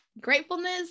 gratefulness